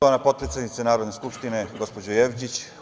Hvala, potpredsednice Narodne skupštine, gospođo Jevđić.